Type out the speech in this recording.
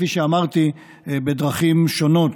כפי שאמרתי, בדרכים שונות.